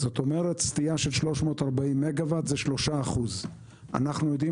זאת אומרת סטייה 340 מגוואט של שזה 3%. אנחנו יודעים